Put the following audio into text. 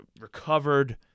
recovered